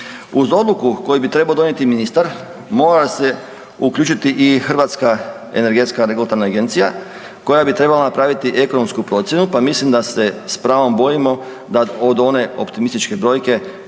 Uz odluku koju bi trebao donijeti ministar mora se uključiti i Hrvatska energetska regulatorna agencija koja bi trebala napraviti ekonomsku procjenu, pa mislim da se s pravom bojimo da od one optimističke brojke